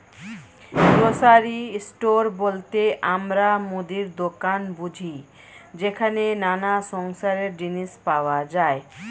grocery store বলতে আমরা মুদির দোকান বুঝি যেখানে নানা সংসারের জিনিস পাওয়া যায়